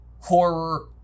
horror